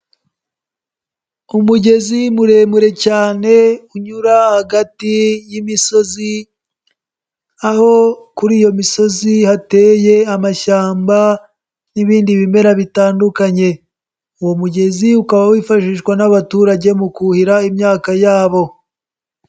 Umugezi muremure cyane unyura hagati y'imisozi, aho kuri iyo misozi hateye amashyamba n'ibindi bimera bitandukanye. Uwo mugezi ukaba wifashishwa n'abaturage mu kuhira imyaka yabo.